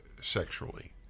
sexually